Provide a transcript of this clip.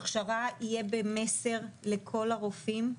הכשרה יהיה במסר לכל הרופאים.